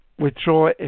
withdraw